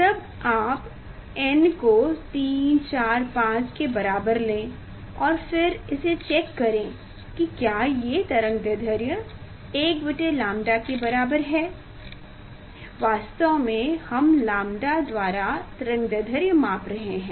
तब आप n को 3 4 5 के बराबर लें और फिर इसे चेक करें की क्या ये तरंग दैर्ध्य 1बटे लैम्ब्डा के बराबर है वास्तव में हम लैम्ब्डा द्वारा तरंग दैर्ध्य माप रहे हैं